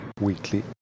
Weekly